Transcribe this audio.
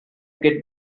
get